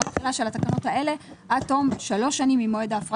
התחילה של התקנות האלה עד תום שלוש שנים ממועד ההפרדה.